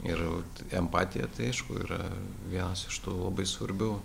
ir empatija tai aišku yra vienas iš tų labai svarbių